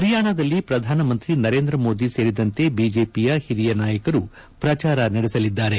ಹರಿಯಾಣದಲ್ಲಿ ಪ್ರಧಾನಮಂತ್ರಿ ನರೇಂದ್ರ ಮೋದಿ ಸೇರಿದಂತೆ ಬಿಜೆಪಿಯ ಹಿರಿಯ ನಾಯಕರು ಪ್ರಚಾರ ನಡೆಸಲಿದ್ದಾರೆ